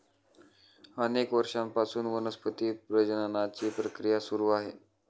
अनेक वर्षांपासून वनस्पती प्रजननाची प्रक्रिया सुरू आहे